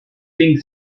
think